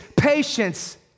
patience